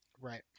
right